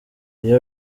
iyo